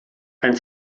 ein